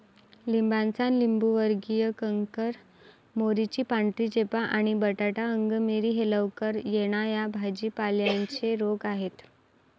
लिंबाचा लिंबूवर्गीय कॅन्कर, मोहरीची पांढरी चेपा आणि बटाटा अंगमेरी हे लवकर येणा या भाजी पाल्यांचे रोग आहेत